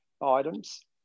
items